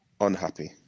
unhappy